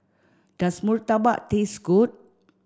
does Murtabak taste good